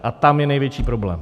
A tam je největší problém.